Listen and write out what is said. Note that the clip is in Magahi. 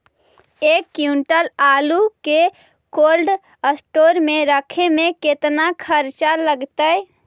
एक क्विंटल आलू के कोल्ड अस्टोर मे रखे मे केतना खरचा लगतइ?